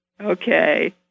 Okay